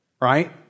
right